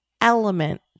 element